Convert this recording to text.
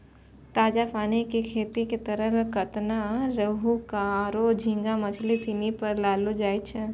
ताजा पानी कॅ खेती के तहत कतला, रोहूआरो झींगा मछली सिनी पाललौ जाय छै